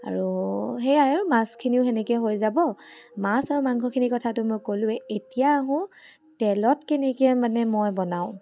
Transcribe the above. আৰু সেয়াই আৰু মাছখিনি তেনেকৈ হৈ যাব মাছ আৰু মাংসখিনিৰ কথাটো মই ক'লোঁৱে এতিয়া আহোঁ তেলত কেনেকৈ মানে মই বনাওঁ